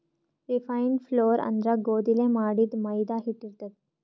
refined flour ಅಂದ್ರ ಗೋಧಿಲೇ ಮಾಡಿದ್ದ್ ಮೈದಾ ಹಿಟ್ಟ್ ಇರ್ತದ್